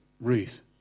Ruth